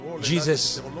Jesus